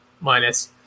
minus